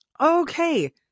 okay